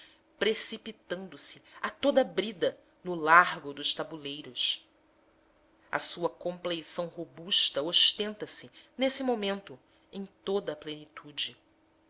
mordentes precipitando-se a toda brida no largo dos tabuleiros a sua compleição robusta ostenta se nesse momento em toda a plenitude